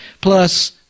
plus